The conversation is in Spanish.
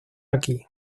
aquí